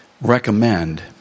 recommend